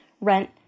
rent